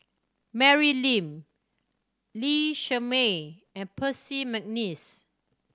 Mary Lim Lee Shermay and Percy McNeice